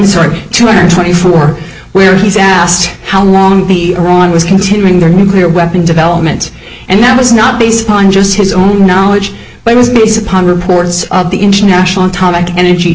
sorry two hundred twenty four where he's asked how long the iran was continuing their nuclear weapon development and that was not based on just his own knowledge but was based upon reports of the international atomic energy